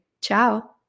Ciao